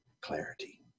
clarity